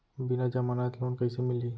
बिना जमानत लोन कइसे मिलही?